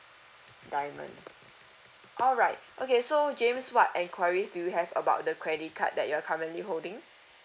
diamond alright okay so james what enquiries do you have about the credit card that you are currently holding